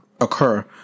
occur